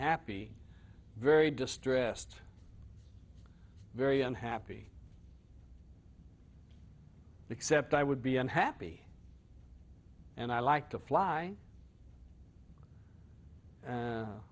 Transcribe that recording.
happy very distressed very unhappy except i would be unhappy and i like to fly